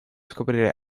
scoprire